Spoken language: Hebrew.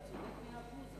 אתה צודק מאה אחוז,